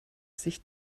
sich